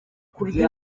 kurya